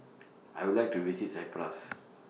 I Would like to visit Cyprus